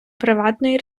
приватної